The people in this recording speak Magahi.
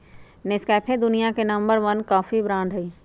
नेस्कैफे दुनिया के नंबर वन कॉफी ब्रांड हई